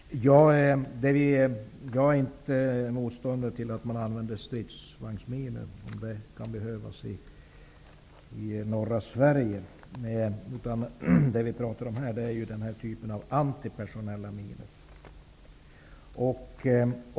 Jag är inte motståndare till att man använder stridsvagnsminor, de kan behövas i norra Sverige. Men nu talar vi om antipersonella minor.